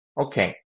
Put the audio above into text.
Okay